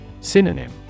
Synonym